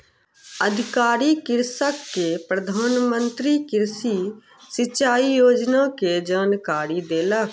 अधिकारी कृषक के प्रधान मंत्री कृषि सिचाई योजना के जानकारी देलक